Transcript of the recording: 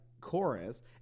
chorus